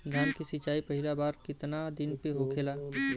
धान के सिचाई पहिला बार कितना दिन पे होखेला?